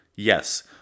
Yes